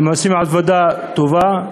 הן עושות עבודה טובה,